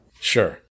Sure